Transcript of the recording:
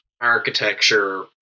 architecture